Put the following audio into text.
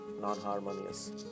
non-harmonious